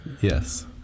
Yes